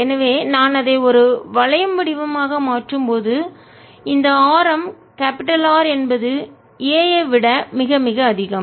எனவே நான் அதை ஒரு வளையம் வடிவமாக மாற்றும்போது இந்த ஆரம் R என்பது a ஐ விட மிக மிக அதிகம்